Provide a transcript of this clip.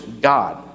God